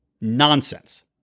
nonsense